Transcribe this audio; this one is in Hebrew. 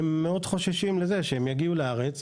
הם מזה שיתעמרו בהם בארץ.